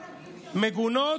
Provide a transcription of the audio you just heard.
מגונות,